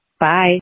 Bye